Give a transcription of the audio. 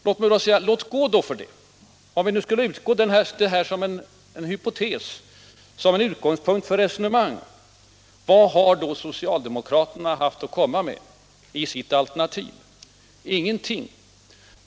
Låt gå för det då, låt oss utgå från detta som en hypotes, som en utgångspunkt för resonemanget. Men vad har socialdemokraterna då haft att komma med i sitt alternativ? Ingenting!